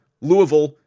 Louisville